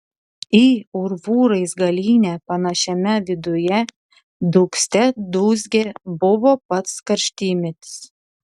į urvų raizgalynę panašiame viduje dūgzte dūzgė buvo pats karštymetis